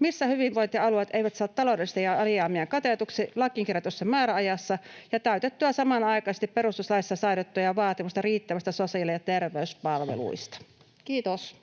missä hyvinvointialueet eivät saa taloudellisia alijäämiään katetuksi lakiin kirjatussa määräajassa ja täytettyä samanaikaisesti perustuslaissa säädettyä vaatimusta riittävistä sosiaali- ja terveyspalveluista.” — Kiitos.